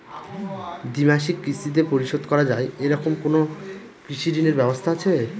দ্বিমাসিক কিস্তিতে পরিশোধ করা য়ায় এরকম কোনো কৃষি ঋণের ব্যবস্থা আছে?